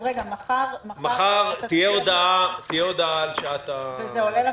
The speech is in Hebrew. מחר תהיה הודעה על שעת הישיבה.